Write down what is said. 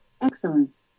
Excellent